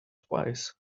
twice